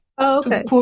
Okay